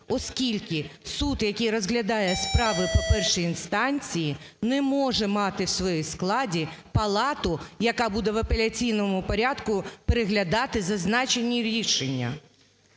оскільки суд, який розглядає справи по першій інстанції, не може мати в своєму складі палату, яка буде в апеляційному порядку переглядати зазначені рішення.